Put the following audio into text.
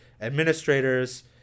administrators